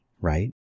right